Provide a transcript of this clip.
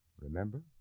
Remember